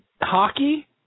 hockey